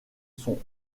sont